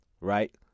Right